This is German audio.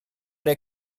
der